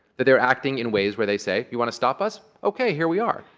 that they're acting in ways where they say, you want to stop us? ok, here we are.